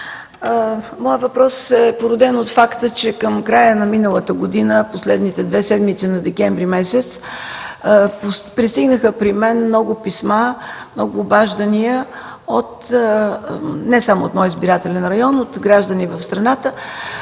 Моят въпрос е породен от факта, че към края на миналата година – последните две седмици на месец декември, пристигнаха при мен много писма и обаждания, не само от моя избирателен район, но и от граждани от страната,